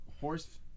Horse